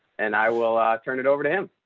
and i will turn it over to him.